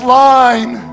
line